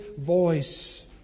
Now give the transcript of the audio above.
voice